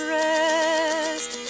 rest